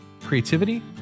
Creativity